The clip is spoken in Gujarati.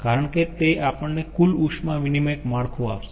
કારણ કે તે આપણને કુલ ઉષ્મા વિનીમયક માળખું આપશે